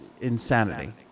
insanity